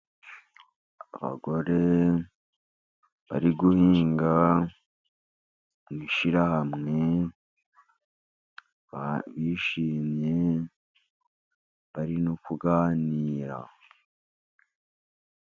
Abagore bari guhinga mu ishyirahamwe Bishimye bari no kuganira.